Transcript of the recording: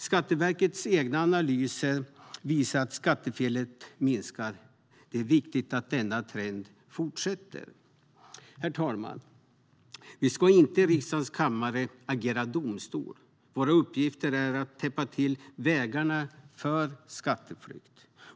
Skatteverkets egna analyser visar att skattefelet minskar, och det är viktigt att denna trend fortsätter. Herr talman! Vi ska inte i riksdagens kammare agera domstol. Vår uppgift är att täppa till vägarna för skatteflykt.